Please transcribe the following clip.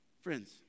Friends